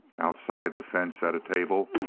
outside the fence at a table,